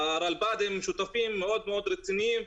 והרלב"ד שותפים מאוד-מאוד רציניים,